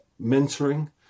mentoring